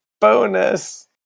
Bonus